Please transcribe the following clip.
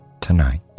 tonight